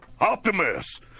Optimus